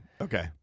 Okay